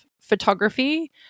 photography